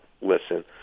Listen